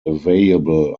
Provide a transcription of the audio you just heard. available